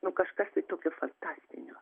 nu kažkas tai tokio fantastinio